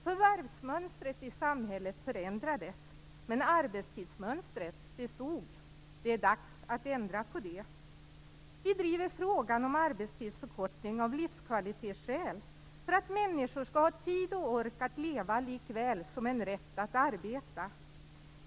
Förvärvsmönstret i samhället förändrades, men arbetstidsmönstret bestod. Det är dags att ändra på det. Vi driver frågan om en arbetstidsförkortning av livskvalitetsskäl för att människor skall ha tid och ork att leva likväl som att ha en rätt att arbeta.